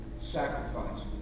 sacrifice